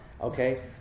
okay